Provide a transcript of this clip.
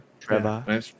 Trevor